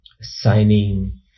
signing